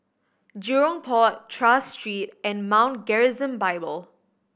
Jurong Port Tras Street and Mount Gerizim Bible